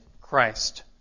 Christ